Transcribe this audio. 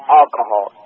alcohol